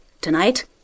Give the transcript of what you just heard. Tonight